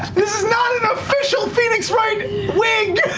this is not an official phoenix wright wig!